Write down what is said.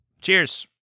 Cheers